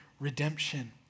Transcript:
redemption